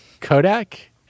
Kodak